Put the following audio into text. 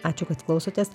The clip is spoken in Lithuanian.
ačiū kad klausotės